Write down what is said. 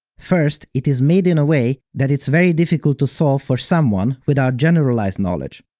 first, it is made in way that it's very difficult to solve for someone without generalized knowledge.